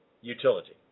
utility